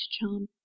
charm